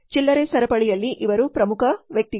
ಚಿಲ್ಲರೆ ಸರಪಳಿಯಲ್ಲಿ ಇವರು ಪ್ರಮುಖ ವ್ಯಕ್ತಿಗಳು